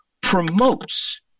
promotes